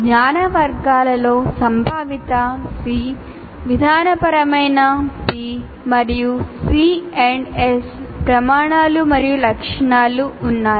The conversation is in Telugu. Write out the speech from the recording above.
జ్ఞాన వర్గాలలో సంభావిత ఉన్నాయి